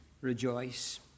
rejoice